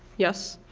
yes?